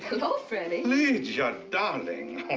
hello, freddie! lydia, darling!